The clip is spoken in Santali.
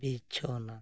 ᱵᱤᱪᱷᱱᱟᱹ